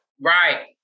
Right